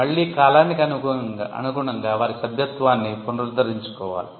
మళ్ళీ కాలానికి అనుగుణంగా వారి సభ్యత్వాన్ని పునరుద్ధరించుకోవాలి